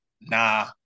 Nah